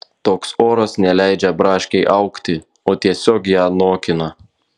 toks oras neleidžia braškei augti o tiesiog ją nokina